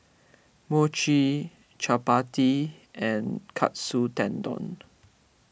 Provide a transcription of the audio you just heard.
Mochi Chapati and Katsu Tendon